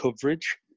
coverage